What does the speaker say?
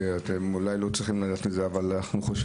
אתם אולי לא צריכים ללכת עם זה אבל לדעתנו,